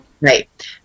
Right